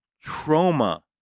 trauma